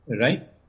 right